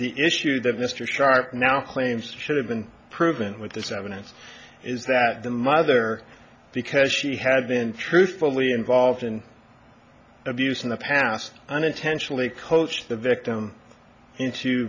the issue that mr sharp now claims to should have been proven with this evidence is that the mother because she had been truthfully involved in abuse in the past unintentionally coached the victim into